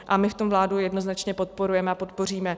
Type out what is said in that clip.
A my v tom vládu jednoznačně podporujeme a podpoříme.